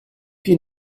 più